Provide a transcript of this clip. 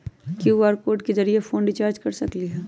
QR code के जरिय phone recharge कर सकली ह?